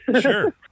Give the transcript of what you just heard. Sure